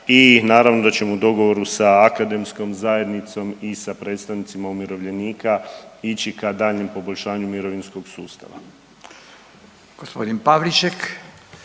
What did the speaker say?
i naravno da ćemo u dogovoru sa akademskom zajednicom i sa predstavnicima umirovljenika ići ka daljnjem poboljšanju mirovinskog sustava.